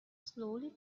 slowly